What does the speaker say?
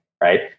right